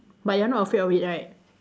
but you're not afraid of it right